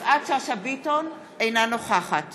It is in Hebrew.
אינה נוכחת